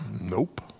Nope